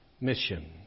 mission